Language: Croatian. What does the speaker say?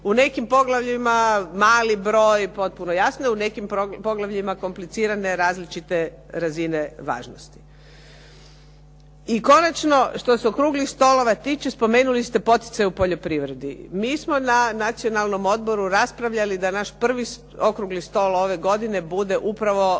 U nekim poglavljima mali broj potpuno jasno, u nekim poglavljima komplicirane, različite razine važnosti. I konačno, što se okruglih stolova tiče spomenuli ste poticaj u poljoprivredi. Mi smo na Nacionalnom odboru raspravljali da naš prvi okrugli stol ove godine bude upravo